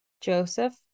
Joseph